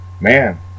man